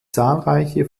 zahlreiche